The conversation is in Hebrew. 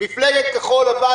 מפלגת כחול לבן,